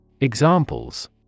Examples